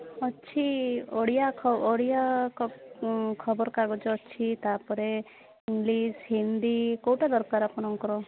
ଅଛି ଓଡ଼ିଆ ଖବ ଓଡ଼ିଆ ଖବର କାଗଜ ଅଛି ତା'ପରେ ଇଂଲିଶ ହିନ୍ଦୀ କେଉଁଟା ଦରକାର ଆପଣଙ୍କର